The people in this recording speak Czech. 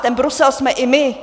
Ten Brusel jsme i my!